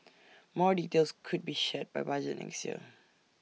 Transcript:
more details could be shared by budget next year